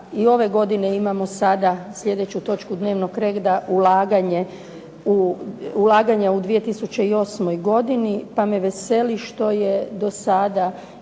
i ove godine imamo sada sljedeću točku dnevnog reda, Ulaganje u 2008. godini, pa me veseli što je do sada